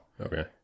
okay